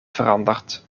veranderd